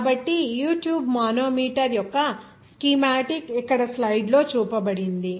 కాబట్టి U tube manometer యొక్క schematic ఇక్కడ స్లైడ్లలో చూపబడింది